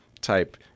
type